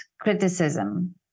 criticism